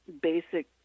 basic